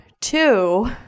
two